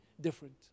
different